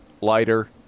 lighter